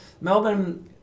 Melbourne